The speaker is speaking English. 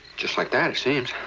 just like that it seems.